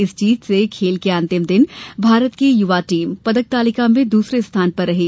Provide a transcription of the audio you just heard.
इस जीत से खेल के अंतिम दिन भारत की युवा टीम पदक तालिका में दूसरे स्थान पर रही